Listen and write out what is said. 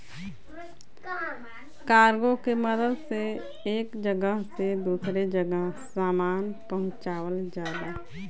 cargo के मदद से एक जगह से दूसरे जगह सामान पहुँचावल जाला